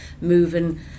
moving